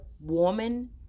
woman